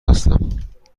هستیم